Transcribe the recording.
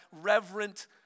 reverent